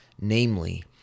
namely